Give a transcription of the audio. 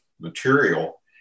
material